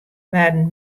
waarden